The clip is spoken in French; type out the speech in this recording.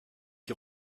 qui